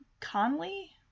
Conley